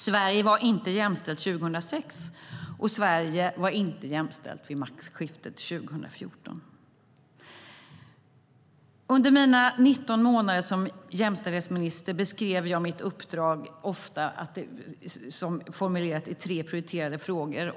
Sverige var inte jämställt 2006, och Sverige var inte jämställt vid maktskiftet 2014.Under mina 19 månader som jämställdhetsminister beskrev jag ofta mitt uppdrag som att det handlade om tre prioriterade frågor.